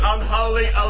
Unholy